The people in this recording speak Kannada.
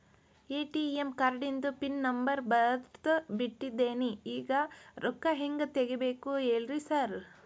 ಎ.ಟಿ.ಎಂ ಕಾರ್ಡಿಂದು ಪಿನ್ ನಂಬರ್ ಮರ್ತ್ ಬಿಟ್ಟಿದೇನಿ ಈಗ ರೊಕ್ಕಾ ಹೆಂಗ್ ತೆಗೆಬೇಕು ಹೇಳ್ರಿ ಸಾರ್